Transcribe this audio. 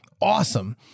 awesome